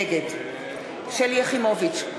נגד שלי יחימוביץ,